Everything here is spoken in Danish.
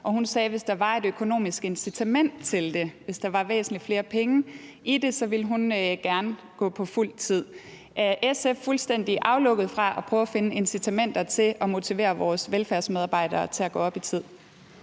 og hun sagde, at hvis der var et økonomisk incitament til det, hvis der var væsentlig flere penge i det, ville hun gerne gå på fuld tid. Er SF fuldstændig afvisende over for at finde incitamenter til at motivere vores velfærdsmedarbejdere til at gå op i tid?